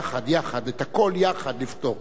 יחד, יחד, את הכול יחד לפתור.